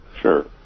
Sure